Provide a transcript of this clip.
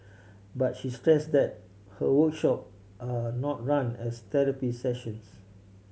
but she stressed that her workshop are not run as therapy sessions